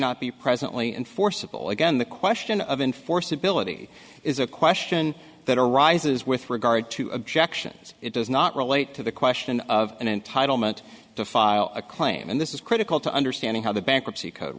not be presently enforceable again the question of enforceability is a question that arises with regard to objections it does not relate to the question of an entitlement to follow a claim and this is critical to understanding how the bankruptcy code